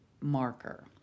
marker